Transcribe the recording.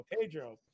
Pedro